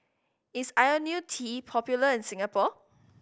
is Ionil T popular in Singapore